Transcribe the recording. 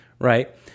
right